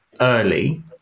early